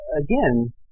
again